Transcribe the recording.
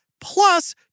plus